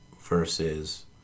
versus